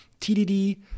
TDD